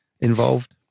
involved